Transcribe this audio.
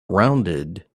rounded